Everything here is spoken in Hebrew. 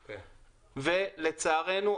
ולצערנו,